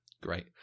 Great